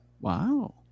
Wow